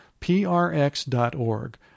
prx.org